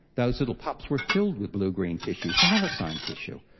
those little pups were filled with blue-green tissue, thylacine tissue.